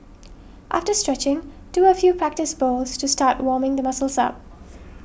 after stretching do a few practice bowls to start warming the muscles up